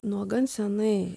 nuo gan senai